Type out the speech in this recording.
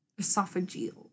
Esophageal